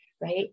right